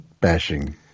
bashing